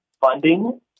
funding